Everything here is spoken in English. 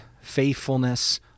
faithfulness